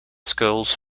schools